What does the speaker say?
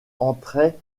entrait